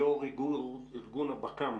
יו"ר ארגון הבכ"מ.